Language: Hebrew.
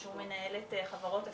שהוא מנהל את הפורום